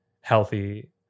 healthy